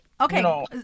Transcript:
Okay